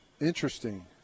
Interesting